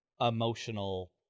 emotional